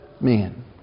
men